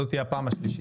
זאת תהיה הפעם השלישית.